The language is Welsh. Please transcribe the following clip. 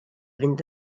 fynd